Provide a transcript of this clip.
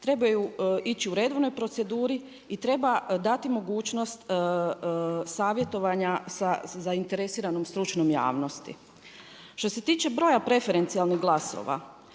trebaju ići u redovnoj proceduri i treba dati mogućnost savjetovanja sa zainteresiranom stručnom javnosti. Što se tiče broja preferencijalnih glasova,